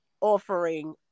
offering